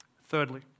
Thirdly